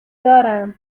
دارم